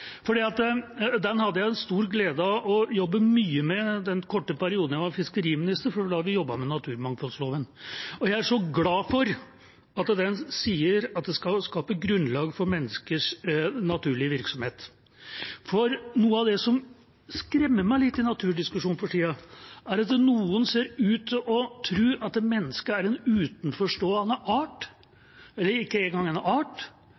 Den hadde jeg stor glede av å jobbe mye med den korte perioden jeg var fiskeriminister, for det var da vi jobbet med naturmangfoldloven. Jeg er så glad for at den sier at naturen skal skape grunnlag for menneskers naturlige virksomhet, for noe av det som skremmer meg litt i naturdiskusjonen for tida, er at noen ser ut til å tro at mennesket er en utenforstående art, eller ikke engang en art,